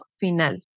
final